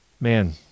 Man